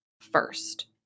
first